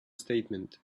statement